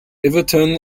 everton